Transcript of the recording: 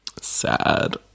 Sad